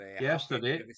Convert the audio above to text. yesterday